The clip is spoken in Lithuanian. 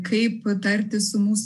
kaip tartis su mūsų